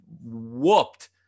whooped